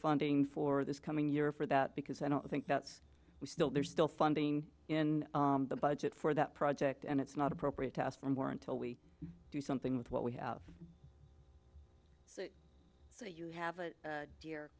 funding for this coming year for that because i don't think that's we still there's still funding in the budget for that project and it's not appropriate to ask for more until we do something with what we have so you have a